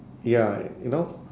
ya you know